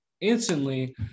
instantly